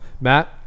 Matt